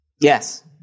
Yes